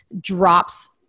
drops